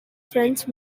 french